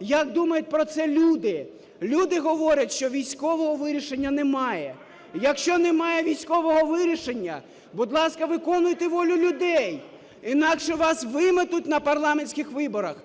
як думають про це люди. Люди говорять, що військового вирішення немає. Якщо немає військового вирішення, будь ласка, виконуйте волю людей, інакше вас виметуть на парламентських виборах.